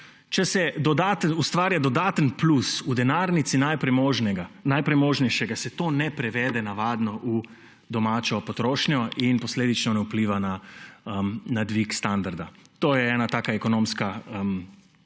če se ustvarja dodaten plus v denarnici najpremožnejšega, se to ne prevede navadno v domačo potrošnjo in posledično ne vpliva na dvig standarda. To je en tak ekonomski gabarit.